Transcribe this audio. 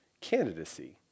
candidacy